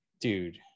Dude